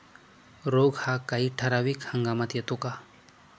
रोग हा काही ठराविक हंगामात येतो का?